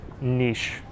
niche